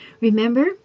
Remember